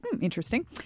interesting